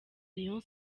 rayon